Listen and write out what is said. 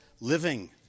living